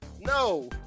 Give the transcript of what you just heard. No